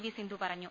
V Sindhu പറഞ്ഞു